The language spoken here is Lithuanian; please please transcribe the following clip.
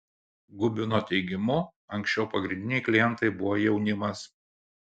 gubino teigimu anksčiau pagrindiniai klientai buvo jaunimas